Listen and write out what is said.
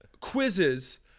quizzes